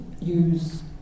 use